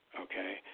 Okay